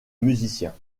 musiciens